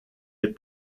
est